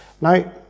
Now